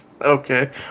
Okay